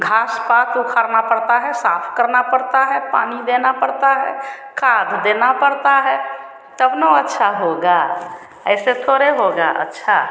घास पात उखाड़ना पड़ता है साफ़ करना पड़ता है पानी देना पड़ता है खाद देना पड़ता है तब न वह अच्छा होगा ऐसे थोड़े होगा अच्छा